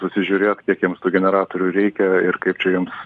susižiūrėt kiek jiems tų generatorių reikia ir kaip čia joms